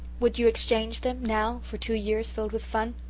would you exchange them now for two years filled with fun?